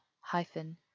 hyphen